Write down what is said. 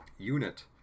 unit